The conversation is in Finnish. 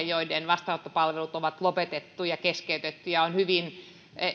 joiden vastaanottopalvelut on lopetettu ja keskeytetty ja jotka ovat hyvin